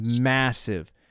massive